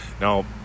Now